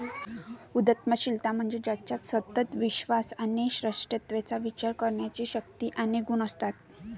उद्यमशीलता म्हणजे ज्याच्यात सतत विश्वास आणि श्रेष्ठत्वाचा विचार करण्याची शक्ती आणि गुण असतात